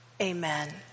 Amen